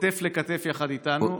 כתף אל כתף יחד איתנו.